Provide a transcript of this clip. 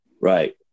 right